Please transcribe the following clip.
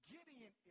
Gideon